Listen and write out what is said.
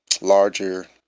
larger